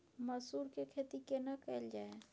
मसूर के खेती केना कैल जाय?